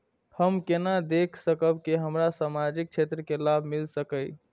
हम केना देख सकब के हमरा सामाजिक क्षेत्र के लाभ मिल सकैये?